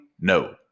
No